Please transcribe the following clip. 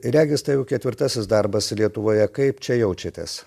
regis tai jau ketvirtasis darbas lietuvoje kaip čia jaučiatės